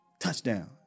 Touchdown